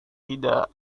tidak